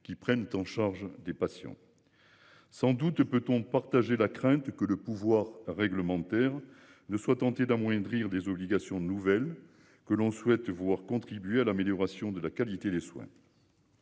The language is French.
qui prennent en charge des patients. Sans doute peut-on partager la crainte que le pouvoir réglementaire ne soit tenté d'amoindrir des obligations nouvelles que l'on souhaite vouloir contribuer à l'amélioration de la qualité des soins.